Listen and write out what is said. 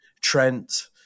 Trent